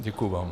Děkuji vám.